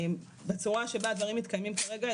בצורה שבה הדברים מתקיימים כרגע,